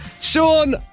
Sean